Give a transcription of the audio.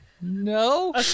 no